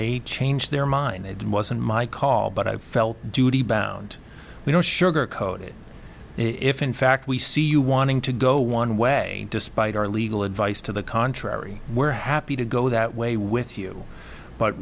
they change their mind they did was on my call but i felt duty bound we don't sugarcoat it if in fact we see you wanting to go one way despite our legal advice to the contrary we're happy to go that way with you but